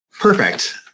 perfect